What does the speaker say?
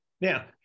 now